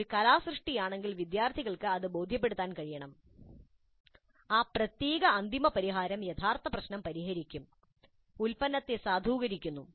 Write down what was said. ഇത് ഒരു കലാസൃഷ്ടിയാണെങ്കിൽ വിദ്യാർത്ഥികൾക്ക് അത് ബോദ്ധ്യപ്പെടുത്താ൯ കഴിയണം ആ പ്രത്യേക അന്തിമ പരിഹാരം യഥാർത്ഥ പ്രശ്നം പരിഹരിക്കും ഉൽപ്പന്നത്തെ സാധൂകരിക്കുന്നു